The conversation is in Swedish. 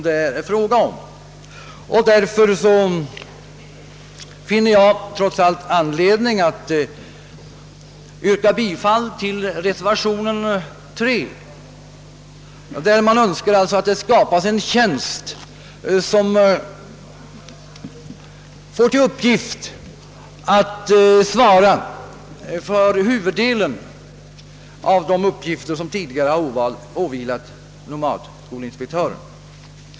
Därför finner jag mig trots allt föranlåten att yrka bifall till reservationen A 3, vari man önskar att det inrättas en tjänst, där innehavaren skall svara för huvuddelen av de uppgifter som tidigare har åvilat nomadskolinspektören.